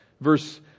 verse